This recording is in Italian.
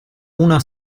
una